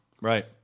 Right